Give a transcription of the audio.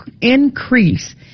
increase